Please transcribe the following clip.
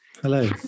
Hello